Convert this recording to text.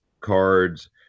cards